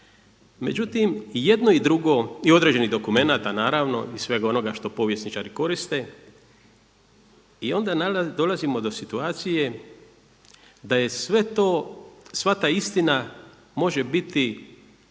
Međutim i jedno i drugo, i određenih dokumenata, naravno i svega onoga što povjesničari koriste i onda dolazimo do situacije da je sve to, sva ta istina može biti